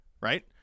right